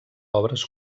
obres